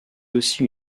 aussi